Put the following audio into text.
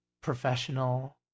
professional